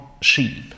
sheep